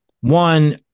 one